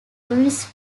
units